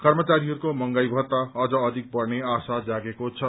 कर्मचारीहरूको महंगाई भत्ता अझ अधिक बढ़ने आशा जागेको छ